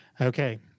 Okay